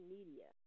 Media